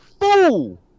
Fool